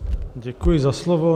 Děkuji za slovo.